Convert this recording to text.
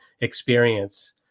experience